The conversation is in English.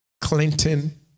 Clinton